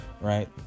right